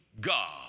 God